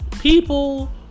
People